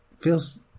feels